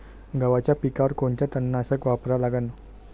गव्हाच्या पिकावर कोनचं तननाशक वापरा लागन?